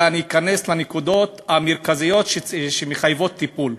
אלא אכנס לנקודות המרכזיות שמחייבות טיפול.